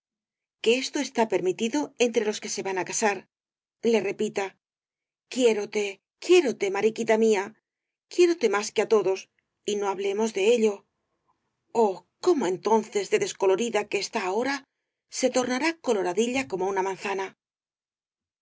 que esto está permitido entre los el caballero de las botas azules que se van á casarle repita quiérote quiérate mariquita mía quiérote más que á todos y no hablemos de ello oh cómo entonces de descolorida que está ahora se tornará coloradilla como una manzana